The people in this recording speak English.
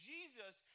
Jesus